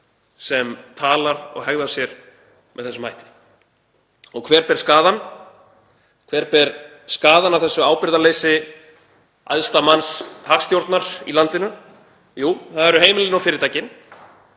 sem talar og hegðar sér með þessum hætti. Og hver ber skaðann? Hver ber skaðann af þessu ábyrgðarleysi æðsta manns hagstjórnar í landinu? Jú, það eru heimilin og fyrirtækin,